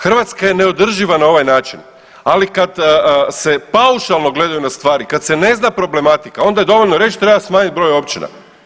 Hrvatska je neodrživa na ovaj način, ali kad se paušalno gleda na stvari, kad se ne zna problematika onda je dovoljno reći treba smanjiti broj općina.